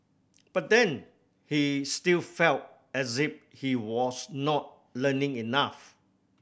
but then he still felt as if he was not learning enough